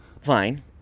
Fine